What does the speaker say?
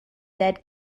dead